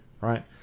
Right